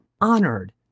honored